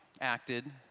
acted